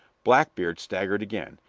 blackbeard staggered again,